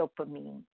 dopamine